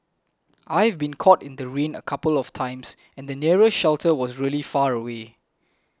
I've been caught in the rain a couple of times and the nearest shelter was really far away